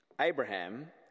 Abraham